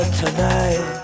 tonight